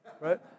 right